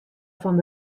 fan